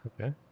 Okay